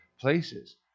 places